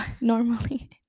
normally